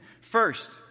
First